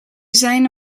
zijn